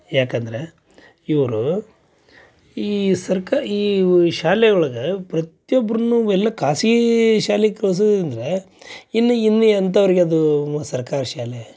ಯಾಕಂದ್ರ ಇವ್ರೂ ಈ ಸರ್ಕಾ ಇವು ಶಾಲೆ ಒಳಗೆ ಪ್ರತ್ಯೊಬ್ಬರೂನು ಎಲ್ಲ ಖಾಸ್ಗಿ ಶಾಲಿಗೆ ಕಳ್ಸುದಿಂದರೆ ಇನ್ನು ಇನ್ನ ಎಂತವ್ರಿಗೆ ಅದೂ ಮೊ ಸರ್ಕಾರಿ ಶಾಲೆ